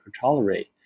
tolerate